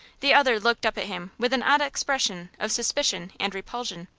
the other looked up at him with an odd expression of suspicion and repulsion.